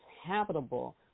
habitable